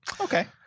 Okay